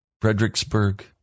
Fredericksburg